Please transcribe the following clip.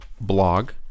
blog